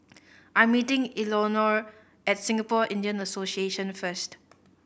I am meeting Eleonore at Singapore Indian Association first